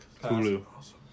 Hulu